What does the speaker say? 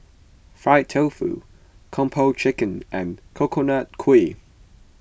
Fried Tofu Kung Po Chicken and Coconut Kuih